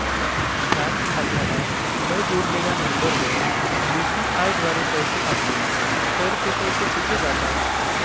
Bank खात्याला न जोडलेल्या नंबरवर यु.पी.आय द्वारे पैसे पाठवले तर ते पैसे कुठे जातात?